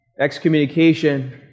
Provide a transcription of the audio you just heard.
excommunication